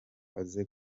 aze